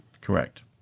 correct